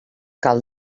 cal